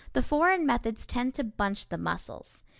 the foreign methods tend to bunch the muscles.